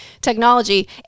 technology